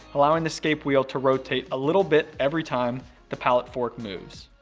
allowing the escape wheel to rotate a little bit every time the pallet fork moves.